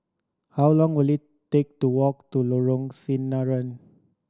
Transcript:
how long will it take to walk to Lorong Sinaran